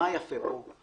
יפה פה?